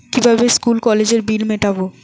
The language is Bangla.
কিভাবে স্কুল কলেজের বিল মিটাব?